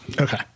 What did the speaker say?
Okay